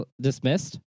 dismissed